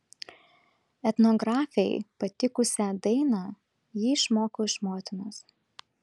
etnografei patikusią dainą ji išmoko iš motinos